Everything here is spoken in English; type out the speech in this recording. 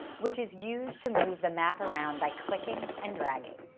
which is used to move the map around by clicking and dragging.